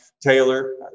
Taylor